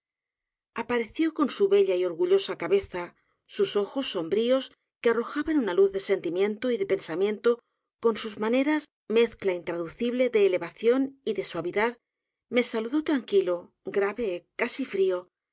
apareció con su bella y orgullosa cabeza sus ojos sombríos que arrojaban una luz de sentimiento y de pensamiento con sus m a neras mezcla intraducibie de elevación y de suavidad me saludó tranquilo grave casi frío